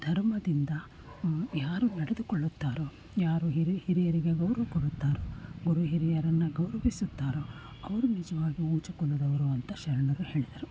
ಧರ್ಮದಿಂದ ಯಾರು ನಡೆದುಕೊಳ್ಳುತ್ತಾರೊ ಯಾರು ಹಿರಿ ಹಿರಿಯರಿಗೆ ಗೌರವ ಕೊಡುತ್ತಾರೊ ಗುರು ಹಿರಿಯರನ್ನು ಗೌರವಿಸುತ್ತಾರೊ ಅವರು ನಿಜವಾಗಿ ಉಚ್ಛ ಕುಲದವರು ಅಂತ ಶರಣರು ಹೇಳಿದರು